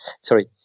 sorry